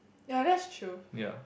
yeah that's true